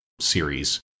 series